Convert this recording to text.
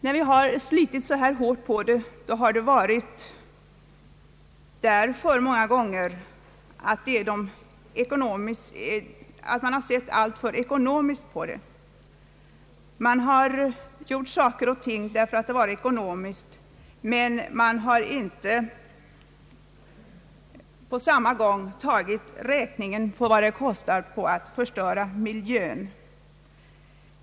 Det faktum att vi slitit så hårt på våra tillgångar har många gånger sin grund i att man sett alltför kortsiktigt ekonomiskt på det hela. Vi har utfört olika saker därför att de varit ekonomiskt lönsamma, men man har inte på samma gång tagit räkningen för vad det kostar att förstöra miljön.